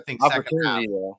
Opportunity